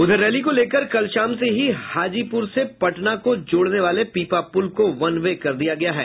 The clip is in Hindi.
उधर रैली को लेकर कल शाम से ही हाजीपूर से पटना को जोड़ने वाले पीपा पुल को वन वे कर दिया गया है